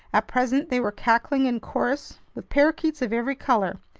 at present they were cackling in chorus with parakeets of every color,